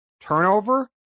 turnover